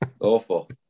Awful